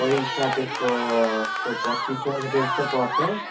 पैसा त्यस्को यस्तै पच्चिस सय रुपियाँ जस्तो पर्छ